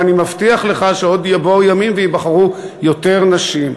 ואני מבטיח לך שעוד יבואו ימים וייבחרו יותר נשים.